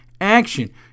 action